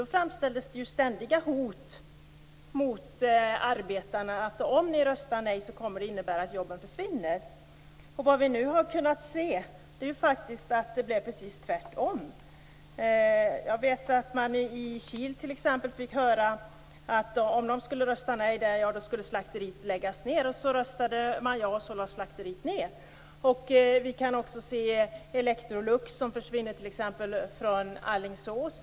Då framställdes ständiga hot mot arbetarna: "Om ni röstar nej innebär det att jobben försvinner." Vi har nu kunnat se att det blev precis tvärtom. Jag vet att man i Kil fick veta att om man röstade nej skulle slakteriet läggas ned. Så röstade man ja, och slakteriet lades ned. Vi kan nu se att Electrolux försvinner från Alingsås.